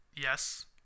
Yes